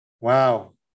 Wow